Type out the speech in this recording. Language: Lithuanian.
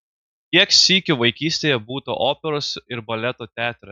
kiek sykių vaikystėje būta operos ir baleto teatre